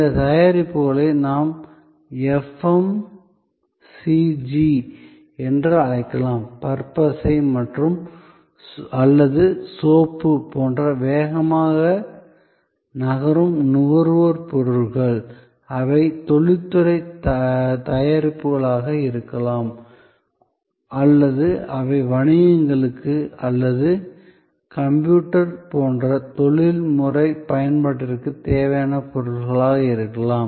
இந்த தயாரிப்புகளை நாம் FMCG என்று அழைக்கலாம் பற்பசை அல்லது சோப்பு போன்ற வேகமாக நகரும் நுகர்வோர் பொருட்கள் அவை தொழில்துறை தயாரிப்புகளாக இருக்கலாம் அல்லது அவை வணிகங்களுக்கு அல்லது கம்ப்யூட்டர் போன்ற தொழில்முறை பயன்பாட்டிற்கு தேவையான பொருட்களாக இருக்கலாம்